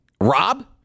Rob